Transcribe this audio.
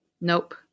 Nope